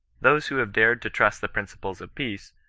those who have dared to trust the principles of peace,